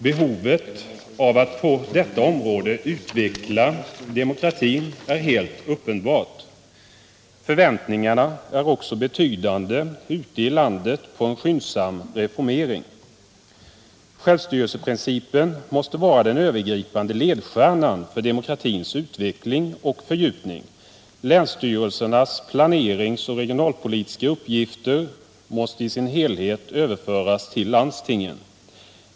Behovet av att på detta område utveckla demokratin är helt uppenbart. Förväntningarna på en skyndsam reformering är också betydande ute i landet. Självstyrelseprincipen måste vara den övergripande ledstjärnan för demokratins utveckling och fördjupning. Länsstyrelsernas planeringsoch regionalpoltiska uppgifter måste i sin helhet överföras till landstingen.